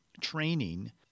training